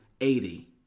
eighty